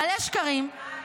מלא שקרים.